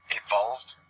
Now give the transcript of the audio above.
involved